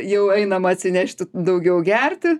jau einama atsinešti daugiau gerti